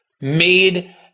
made